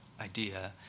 idea